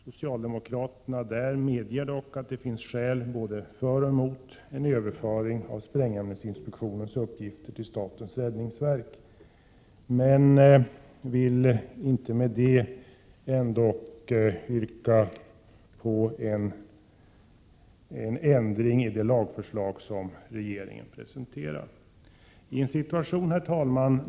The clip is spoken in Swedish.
Socialdemokraterna där medger dock att det finns skäl både för och emot en överföring av sprängämnesinspektionens uppgifter till statens räddningsverk. Ändå yrkar man inte på en ändring av det lagförslag som regeringen presenterar. Herr talman!